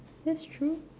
that's true